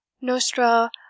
Nostra